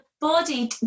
body